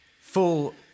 full